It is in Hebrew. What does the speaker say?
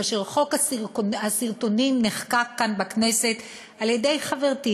כאשר חוק הסרטונים נחקק כאן בכנסת על-ידי חברתי